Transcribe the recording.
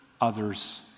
others